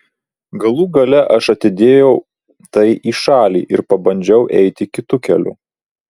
galų gale aš atidėjau tai į šalį ir pabandžiau eiti kitu keliu